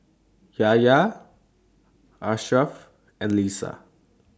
Yahya Ashraff and Lisa